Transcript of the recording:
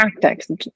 practices